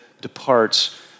departs